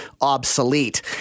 obsolete